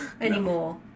anymore